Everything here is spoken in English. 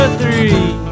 three